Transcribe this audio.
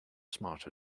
smarter